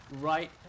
right